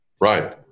right